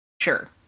Sure